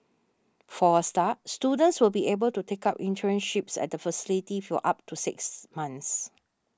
for a start students will be able to take up internships at the facility for up to six months